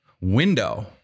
window